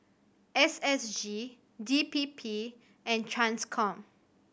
S S G D P P and Transcom